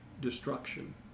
destruction